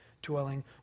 dwelling